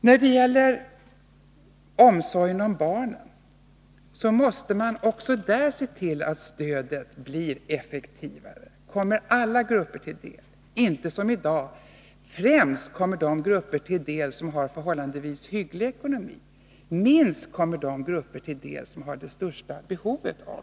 När det gäller omsorgen om barnen måste vi också där se till att stödet blir effektivare och kommer alla grupper till del — inte som i dag främst kommer de grupper till del som har förhållandevis hygglig ekonomi och minst kommer de grupper till del som har det största behovet.